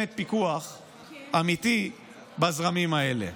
פיקוח אמיתי בזרמים האלה.